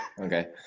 Okay